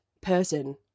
person